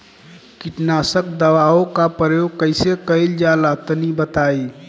कीटनाशक दवाओं का प्रयोग कईसे कइल जा ला तनि बताई?